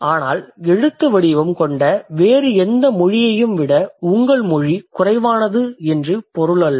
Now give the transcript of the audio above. ஆனால் எழுத்துவடிவம் கொண்ட வேறு எந்த மொழியையும் விட உங்கள் மொழி குறைவானது என்று பொருளல்ல